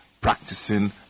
practicing